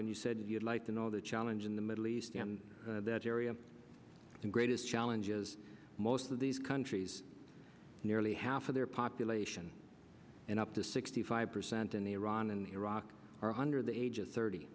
when you said you'd like to know the challenge in the middle east in that area the greatest challenge is most of these countries nearly half of their population and up to sixty five percent in iran and iraq are under the age of thirty